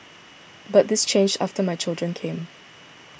but this changed after my children came